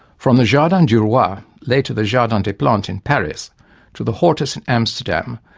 from the jardin du roi, ah later the jardin des plantes in paris to the hortus in amsterdam,